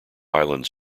islands